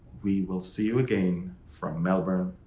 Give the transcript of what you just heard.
we will see you again from melbourne,